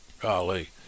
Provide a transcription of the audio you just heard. golly